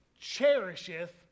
cherisheth